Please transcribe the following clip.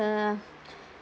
uh